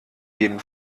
jeden